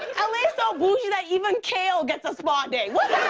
l a. is so boujee that even kale gets a spa day. what's